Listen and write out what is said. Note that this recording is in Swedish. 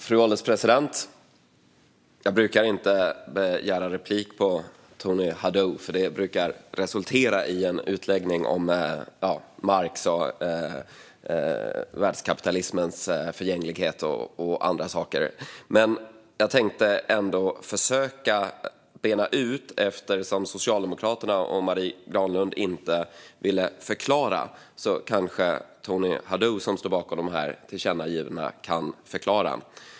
Fru ålderspresident! Jag brukar inte begära replik på Tony Haddou, för det brukar resultera i en utläggning om Marx, världskapitalismens förgänglighet och andra saker, men jag tänkte ändå försöka bena ut något. Eftersom Socialdemokraterna och Marie Granlund inte ville förklara kanske Tony Haddou, som står bakom tillkännagivandena, kan förklara.